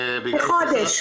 לחודש.